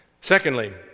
Secondly